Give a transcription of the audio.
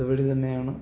ഇതുവഴി തന്നെയാണ്